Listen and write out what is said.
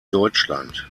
deutschland